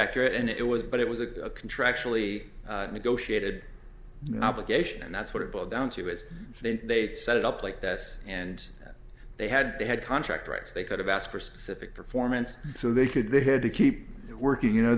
accurate and it was but it was a contractually negotiated an obligation and that's what it boiled down to as they set it up like this and they had they had contract rights they could have asked for specific performance so they could they had to keep working you know